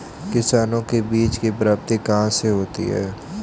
किसानों को बीज की प्राप्ति कहाँ से होती है?